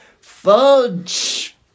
Fudge